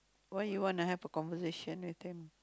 why you want to have a conversation with him